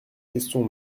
questions